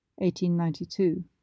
1892